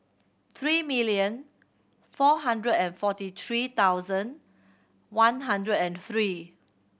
three million four hundred and forty three thousand one hundred and three